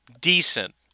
decent